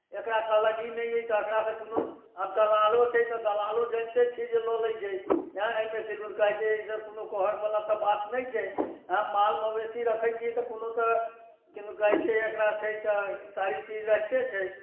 एकरा कहलक ई नहि अइ तऽ एकरासँ कोनो आब दलालो छै तऽ दलालो जनिते छी जे लऽ लै छै एँ एहिमे किदुन कहै छै ईसभ कोनो कहयवला तऽ बात नहि छै एँ माल मवेशी रखै छियै कोनो तऽ किदुन कहै छै एकरा छै तऽ सारी चीज रहिते छै